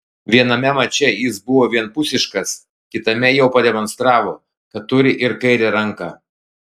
viename mače jis buvo vienpusiškas kitame jau pademonstravo kad turi ir kairę ranką